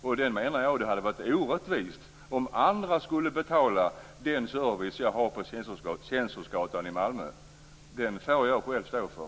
Jag menar att det hade varit orättvist om andra skulle betala den service som jag har på Censorsgatan i Malmö. Den får jag själv stå för.